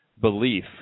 belief